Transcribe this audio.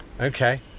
Okay